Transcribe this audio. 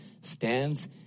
stands